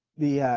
the